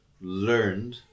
learned